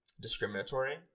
discriminatory